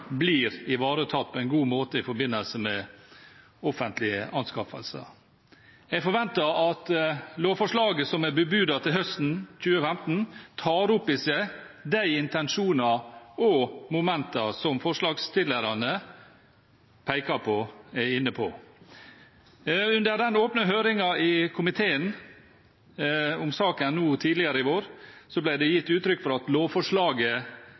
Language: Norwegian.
blir ivaretatt på en god måte i forbindelse med offentlige anskaffelser. Jeg forventer at lovforslaget som er bebudet høsten 2015, tar opp i seg de intensjonene og de momentene som forslagsstillerne peker på og er inne på. Under den åpne høringen i komiteen om saken tidligere i vår ble det gitt uttrykk for at lovforslaget